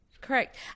Correct